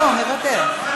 אני מוותר.